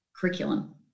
curriculum